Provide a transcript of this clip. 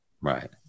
Right